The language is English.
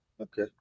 Okay